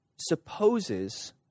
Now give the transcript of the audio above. supposes